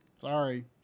Sorry